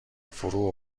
فرو